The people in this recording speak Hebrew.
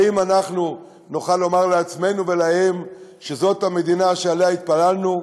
האם נוכל לומר לעצמנו ולהם שזאת המדינה שעליה התפללנו?